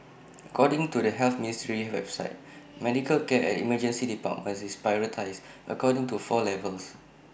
according to the health ministry's website medical care at emergency departments is prioritised according to four levels